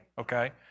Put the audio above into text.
okay